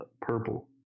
purple